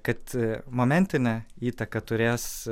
kad momentinę įtaką turės